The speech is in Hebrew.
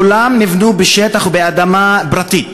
כולם נבנו בשטח ובאדמה פרטית,